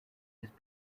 his